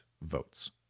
votes